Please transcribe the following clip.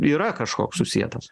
yra kažkoks susietas